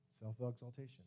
self-exaltation